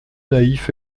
naïf